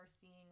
seeing